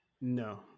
No